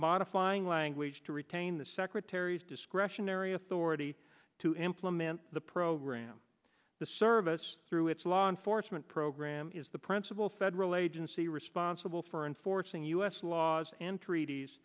modifying language to retain the secretary's discretionary authority to implement the program the service through its law enforcement program is the principal federal agency responsible for enforcing u s laws and treaties